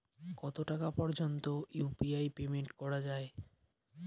কত টাকা পর্যন্ত ইউ.পি.আই পেমেন্ট করা যায়?